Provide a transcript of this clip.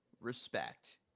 Respect